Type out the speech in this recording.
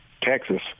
Texas